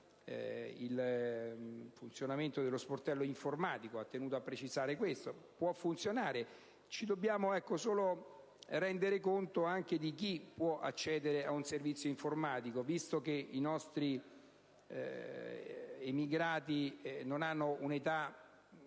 il funzionamento dello sportello informatico, che può funzionare: ci dobbiamo solo rendere conto di chi può accedere a un servizio informatico, visto che i nostri emigrati non hanno un'età